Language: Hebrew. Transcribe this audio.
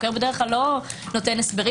חוקר בדרך כלל לא נותן הסברים.